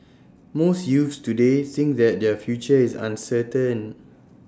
most youths today think that their future is uncertain